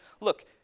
look